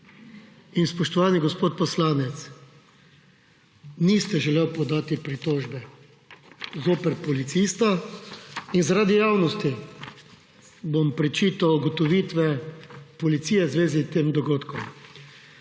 In spoštovani gospod poslanec, niste želeli podati pritožbe zoper policista. In zaradi javnosti bom prečital ugotovitve policije v zvezi s tem dogodkom.